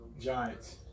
Giants